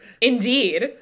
Indeed